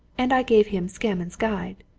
and i gave him scammond's guide.